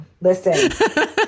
listen